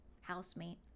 housemate